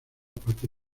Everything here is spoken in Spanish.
parte